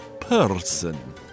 person